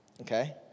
Okay